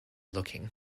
looking